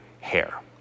hair